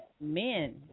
men